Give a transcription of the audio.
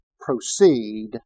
proceed